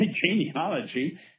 genealogy